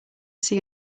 see